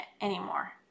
anymore